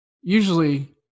usually –